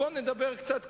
בוא נדבר קצת,